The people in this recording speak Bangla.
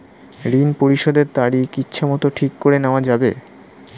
ঋণ পরিশোধের তারিখ ইচ্ছামত ঠিক করে নেওয়া যাবে?